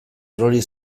erori